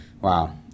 Wow